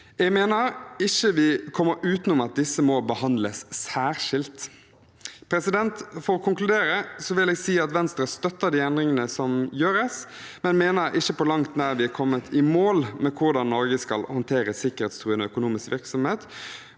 Jeg mener ikke vi kommer utenom at disse må behandles særskilt. For å konkludere vil jeg si at Venstre støtter de endringene som gjøres, men mener vi ikke på langt nær er kommet i mål med hvordan Norge skal håndtere sikkerhetstruende økonomisk virksomhet.